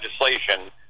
legislation